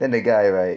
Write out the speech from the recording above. then the guy like